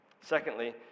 Secondly